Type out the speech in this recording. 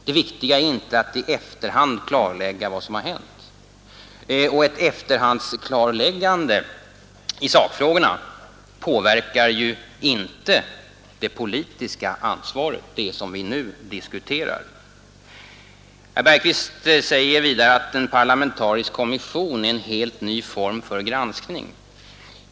Det viktiga är inte att efteråt klarlägga vad som har hänt, och ett efterhandsklarläggande i sakfrågorna påverkar inte det politiska ansvaret, som vi nu diskuterar. Herr Bergqvist sade vidare att en parlamentarisk kommission är en helt ny form för granskning.